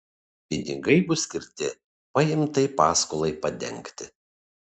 pinigai bus skirti paimtai paskolai padengti